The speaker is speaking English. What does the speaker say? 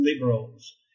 liberals